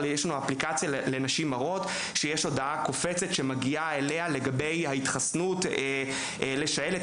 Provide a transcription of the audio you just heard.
יש אפליקציה לנשים הרות שמקפיצה הודעה לגבי התחסנות לשעלת.